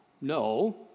no